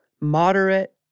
moderate